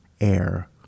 air